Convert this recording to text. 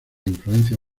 influencia